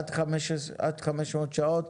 עד 500 שעות.